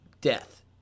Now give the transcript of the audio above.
death